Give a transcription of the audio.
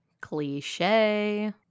Cliche